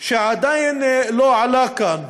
שעדיין לא עלה כאן,